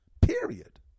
Period